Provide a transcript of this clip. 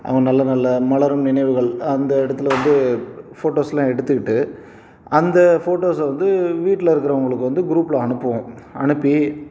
அங்கே நல்ல நல்ல மலரும் நினைவுகள் அந்த எடத்தில் வந்து ஃபோட்டோஸ்லாம் எடுத்துக்கிட்டு அந்த ஃபோட்டோஸை வந்து வீட்டில் இருக்கறவங்களுக்கு வந்து குரூப்பில் அனுப்புவோம் அனுப்பி